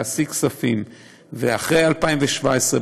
ואחרי 2017,